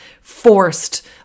forced